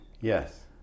Yes